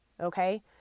Okay